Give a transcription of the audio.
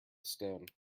stone